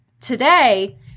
Today